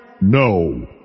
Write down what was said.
No